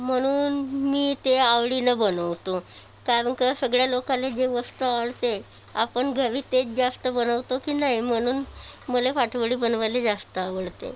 म्हणून मी ते आवडीनं बनवतो कारण का सगळ्या लोकाला जे वस्तू आवडते आपण घरी तेच जास्त बनवतो की नाही म्हणून मला पाटवडी बनवायला जास्त आवडते